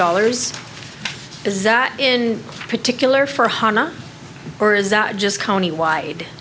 dollars is that in particular for honda or is that just county wide